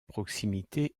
proximité